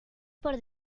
por